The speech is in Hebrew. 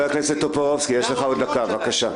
חבר הכנסת טופורובסקי, יש לך עוד דקה, בבקשה.